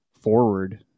forward